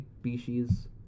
species